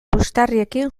puxtarriekin